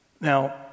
Now